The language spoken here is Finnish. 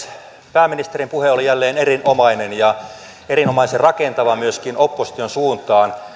pääministerin puhe oli jälleen erinomainen ja erinomaisen rakentava myöskin opposition suuntaan